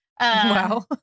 Wow